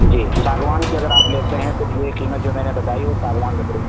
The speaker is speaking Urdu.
جی ساگوان کی اگر آپ لیتے ہیں تو یہ قیمت جو میں نے بتائی ہے وہ ساگوان لکڑی